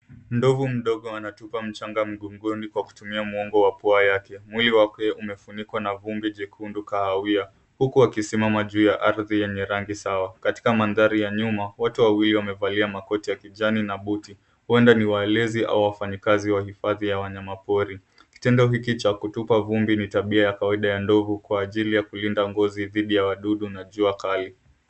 Ndovu mdogo anatupa mchanga mgongoni kwa kutumia mwongo wa pua yake. Mwili wake umefunikiwa na vumbi jekundu kahawia huku akisimama juu ya ardhi yenye rangi sawa. Katika mandhari ya nyuma watu wawili wamevalia makoti ya kijani na buti, huenda niwalezi au wafanyikazi wa hifadhi ya wanyamapori. Kitendo hiki cha kutupa vumbi ni tabia ya kawaida ya ndovu kwa ajili ya kulinda ngozi dhidi ya wadudu najua kali.